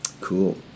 Cool